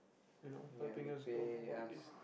you know helping us go for holidays